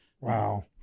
Wow